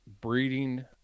breeding